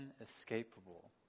inescapable